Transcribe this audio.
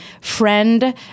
friend